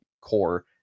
core